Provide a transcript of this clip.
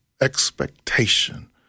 expectation